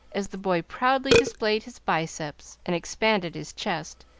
as the boy proudly displayed his biceps and expanded his chest,